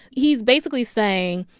he's basically saying,